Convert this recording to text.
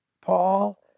Paul